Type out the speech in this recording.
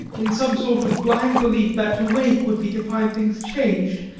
in some sort of blind belief that to wake would be to find things changed,